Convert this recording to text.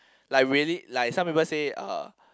like really like some people say uh